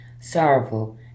sorrowful